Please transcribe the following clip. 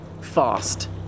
fast